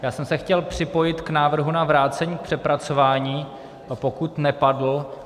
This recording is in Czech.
Já jsem se chtěl připojit k návrhu na vrácení k přepracování, pokud nepadl.